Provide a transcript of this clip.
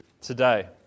today